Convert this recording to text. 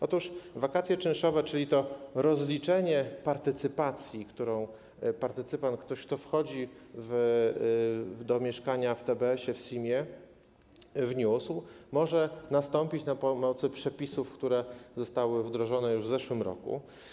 Otóż wakacje czynszowe, czyli to rozliczenie partycypacji, którą partycypant - ktoś, kto wchodzi do mieszkania w TBS-sie, w SIM-ie - wniósł, może nastąpić na mocy przepisów, które zostały wdrożone już w zeszłym roku.